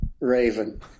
Raven